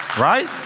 Right